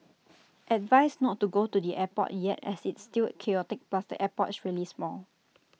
advised not to go to the airport yet as it's still chaotic plus the airport is really small